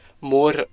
more